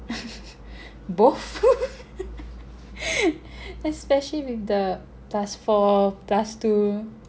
both especially with the plus four plus two